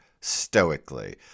stoically